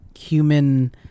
Human